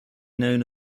known